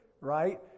right